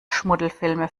schmuddelfilme